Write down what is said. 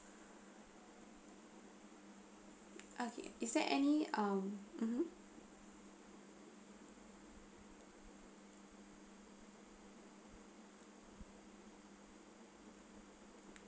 okay is there any um mmhmm